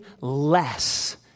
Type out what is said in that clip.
less